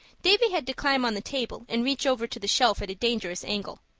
davy had to climb on the table and reach over to the shelf at a dangerous angle.